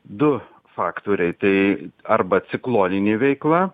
du faktoriai tai arba cikloninė veikla